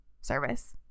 service